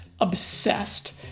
obsessed